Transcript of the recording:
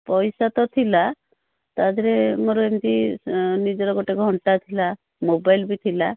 ପଇସା ତ ଥିଲା ତା ଦେହରେ ମୋର ଏମିତି ନିଜର ଗୋଟେ ଘଣ୍ଟା ଥିଲା ମୋବାଇଲ୍ ବି ଥିଲା